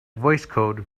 voicecode